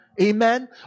Amen